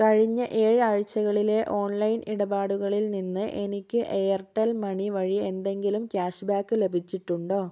കഴിഞ്ഞ ഏഴ് ആഴ്ചകളിലെ ഓൺലൈൻ ഇടപാടുകളിൽ നിന്ന് എനിക്ക് എയർടെൽ മണി വഴി എന്തെങ്കിലും ക്യാഷ്ബാക്ക് ലഭിച്ചിട്ടുണ്ടോ